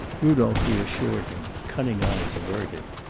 rudolph re-assured him, cunning eyes averted.